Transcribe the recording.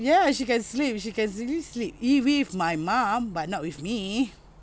yes she can sleep she can easily sleep if with my mom but not with me